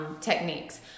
techniques